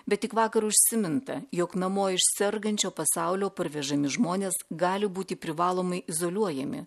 bet tik vakar užsiminta jog namo iš sergančio pasaulio parvežami žmonės gali būti privalomai izoliuojami